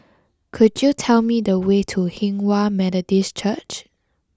could you tell me the way to Hinghwa Methodist Church